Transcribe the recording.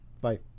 Bye